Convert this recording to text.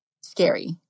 scary